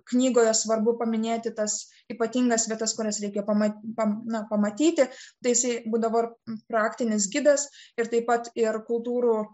knygoje svarbu paminėti tas ypatingas vietas kurias reikia pamaty na pamatyti tai jisai būdavo praktinis gidas ir taip pat ir kultūrų